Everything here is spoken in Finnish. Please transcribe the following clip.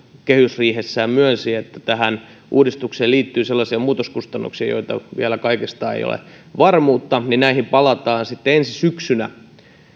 kehysriihessään myönsi tähän uudistukseen liittyy sellaisia muutoskustannuksia joista vielä kaikista ei ole varmuutta ja näihin palataan sitten ensi syksynä